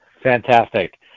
Fantastic